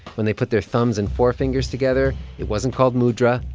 when they put their thumbs and forefingers together, it wasn't called mudra.